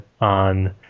on